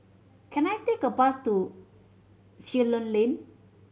can I take a bus to Ceylon Lane